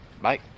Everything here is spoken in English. Bye